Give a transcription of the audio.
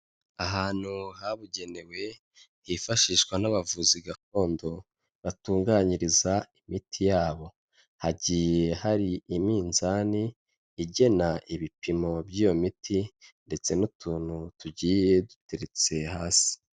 Ahantu habugenewe hifashishwa n'abavuzi gakondo batunganyiriza imiti yabo hagiye hari iminzani igena ibipimo by'iyo miti ndetse n'utuntu tugiye duteretse hasi.